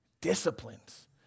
disciplines